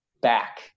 back